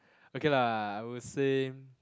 okay lah I would say